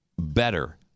better